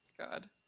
God